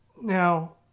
Now